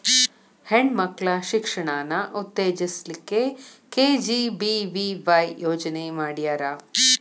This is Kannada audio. ಹೆಣ್ ಮಕ್ಳ ಶಿಕ್ಷಣಾನ ಉತ್ತೆಜಸ್ ಲಿಕ್ಕೆ ಕೆ.ಜಿ.ಬಿ.ವಿ.ವಾಯ್ ಯೋಜನೆ ಮಾಡ್ಯಾರ್